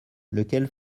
lequel